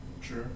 Sure